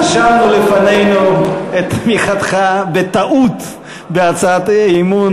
רשמנו לפנינו את תמיכתך בטעות בהצעת האי-אמון